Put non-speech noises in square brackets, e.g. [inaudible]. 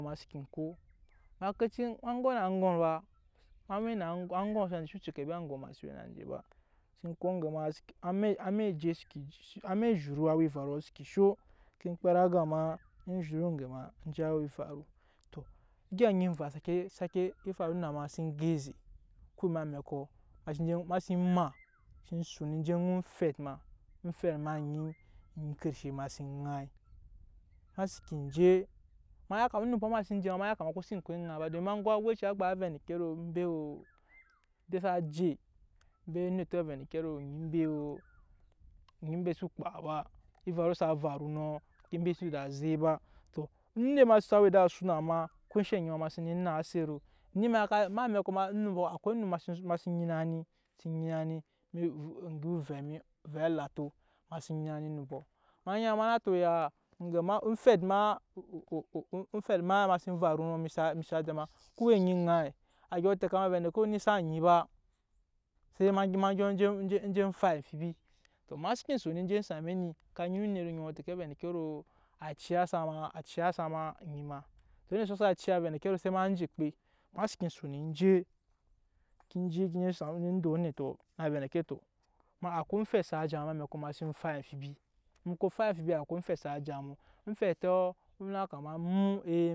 Ema seke ko ma ke cii ma go na aŋgɔm fa, ma we na aŋgɔm ma sen we na nje xsa we ecokɔbi aŋgɔm ma sen we na nje ba amɛk amɛk ezhuruɔ seke sho ke kpet aga ne zhuru eŋge ma en je awa evaru. Tɔ egya enyi eva seke seke faru na ma sen ge eze emꞌamɛkɔma sen maa sen je ŋai omfɛt ma omfɛt ma onyi karshe ma sen ŋai ema seken je ma ya kama onumpɔ ma sen je ma ya kama ko xsen ko eŋai ba don ma go awɛci gba vɛ endeke ro embe oo embe sa je embe onetɔ vɛ eneke ro onyi embe ro ony embe xso kpa ba evaru sa varu nɔ oŋke xso dak zek ba tɔ onet sa we edasu na ma ko enshɛ onyi ma senee naase ro emꞌamɛkɔ akwai onump ma sen nyina ni sen nyina ni eme oŋge evɛ mi vɛ alato ma sen nyina ni oumpɔ ma nyina ni ma na to ya oŋgema omfe̱t ma [hesitation] ma sen varu nɔ mi sa ja ma nɔ oŋke we oŋke eŋai? A dyɔ tɛka ma ni xsa nyi ba se ma gyɔ gyɔ gyɔ je fai amfibi tɔ seke son je same ni ka nyina onet oŋɔ ka tɛke ro a ciya sa ma [hesitation] onyi ma tɔ onetɔ sa ciya se avɛ endeke ro ma je okpe ema seke son eje ke je dɔ onetɔ ma vɛ endeke tɔ ema akwai omfɛt sa ja ma em'amɛkɔ ma sen fai amfibi mu ko fai amfibi akwai omfɛt sa ja mu omfɛtɔ onuna kama emu ee.